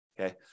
okay